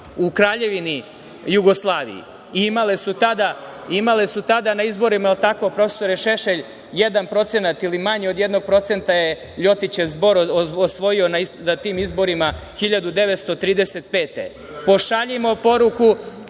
u Kraljevini Jugoslaviji. Imale su tada na izborima, jel tako profesore Šešelj, 1% ili manje od 1% je Ljotićev ZBOR osvojio na tim izborima 1935. godine. Pošaljimo poruku,